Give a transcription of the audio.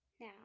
Now